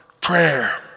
Prayer